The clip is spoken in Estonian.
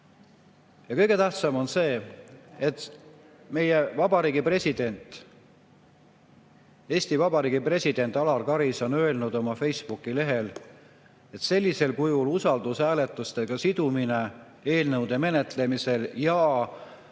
Ja kõige tähtsam on see, et meie Eesti Vabariigi president Alar Karis on öelnud oma Facebooki lehel, et sellisel kujul usaldushääletusega sidumine eelnõude menetlemisel ja